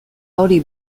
hori